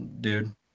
dude